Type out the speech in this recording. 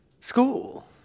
School